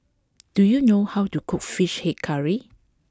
do you know how to cook Fish Head Curry